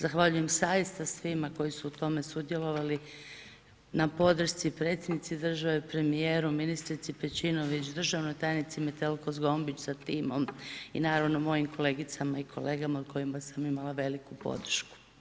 Zahvaljujem zaista svima koji su u tome sudjelovali na podršci Predsjednici države, premijeru, ministrici Pejčinović, državnoj tajnici Metelko-Zgombić sa timom i naravno mojim kolegicama i kolegama u kojima sam imala veliku podršku.